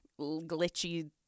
glitchy